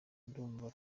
ndumva